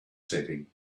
setting